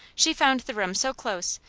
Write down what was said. she found the room so close,